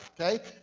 okay